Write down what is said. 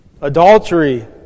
adultery